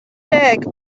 deg